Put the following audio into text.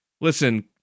listen